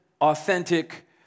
authentic